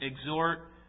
exhort